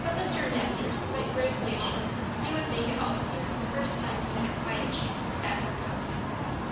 but mr. masters quite gravely assured her he would make it all clear the first time he had a quiet chance at her house.